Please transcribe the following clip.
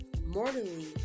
mortally